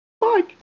Fuck